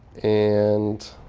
and